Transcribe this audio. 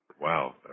wow